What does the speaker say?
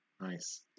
Nice